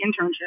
internship